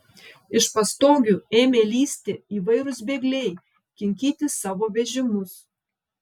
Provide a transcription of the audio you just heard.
iš pastogių ėmė lįsti įvairūs bėgliai kinkyti savo vežimus